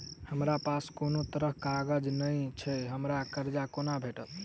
हमरा पास कोनो तरहक कागज नहि छैक हमरा कर्जा कोना भेटत?